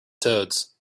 toads